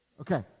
Okay